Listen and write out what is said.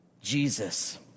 Jesus